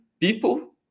people